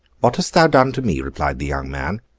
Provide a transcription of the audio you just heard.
what hast thou done to me replied the young man.